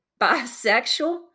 bisexual